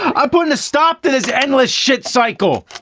um i'm putting a stop to this endless shit cycle!